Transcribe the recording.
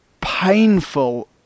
painful